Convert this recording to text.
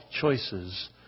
choices